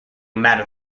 matter